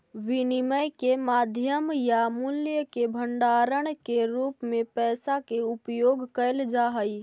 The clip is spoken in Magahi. विनिमय के माध्यम या मूल्य के भंडारण के रूप में पैसा के उपयोग कैल जा हई